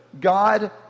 God